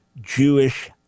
Jewish